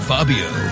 Fabio